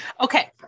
Okay